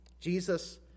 Jesus